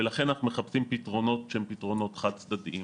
לכן אנחנו מחפשים פתרונות שהם פתרונות חד צדדיים.